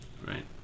right